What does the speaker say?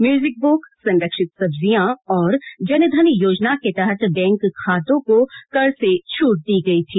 music ब्रक संरक्षित सब्जियां और जनधन योजना के तहत बैंक खातों को कर से छूट दी गई थी